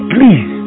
Please